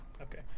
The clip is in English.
Okay